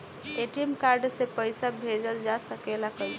ATM card से पइसा भेजल जा सकेला कइसे?